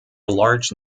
large